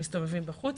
הם מסתובבים בחוץ,